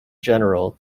general